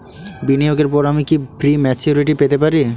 বিনিয়োগের পর আমি কি প্রিম্যচুরিটি পেতে পারি?